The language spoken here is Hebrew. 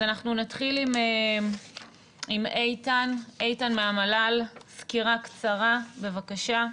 גברתי,